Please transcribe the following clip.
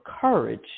courage